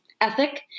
ethic